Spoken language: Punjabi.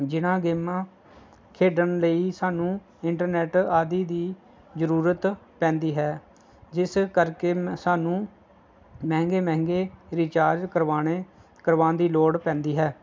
ਜਿਹਨਾਂ ਗੇਮਾਂ ਖੇਡਣ ਲਈ ਸਾਨੂੰ ਇੰਟਰਨੈੱਟ ਆਦਿ ਦੀ ਜ਼ਰੂਰਤ ਪੈਂਦੀ ਹੈ ਜਿਸ ਕਰਕੇ ਸਾਨੂੰ ਮਹਿੰਗੇ ਮਹਿੰਗੇ ਰਿਚਾਰਜ ਕਰਵਾਉਣੇ ਕਰਵਾਉਣ ਦੀ ਲੋੜ ਪੈਂਦੀ ਹੈ